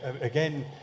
Again